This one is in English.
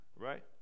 Right